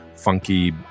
funky